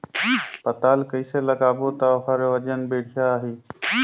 पातल कइसे लगाबो ता ओहार वजन बेडिया आही?